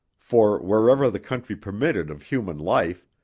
for wherever the country permitted of human life,